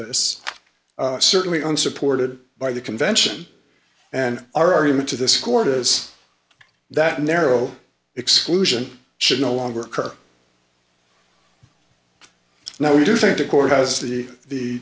this certainly unsupported by the convention and our argument to this court is that narrow exclusion should no longer occur now we do think the court has the the